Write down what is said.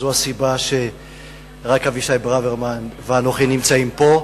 זאת הסיבה שרק אבישי ברוורמן ואנוכי נמצאים פה.